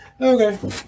Okay